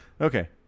Okay